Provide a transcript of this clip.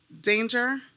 danger